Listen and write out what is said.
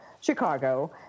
Chicago